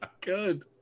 good